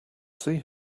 see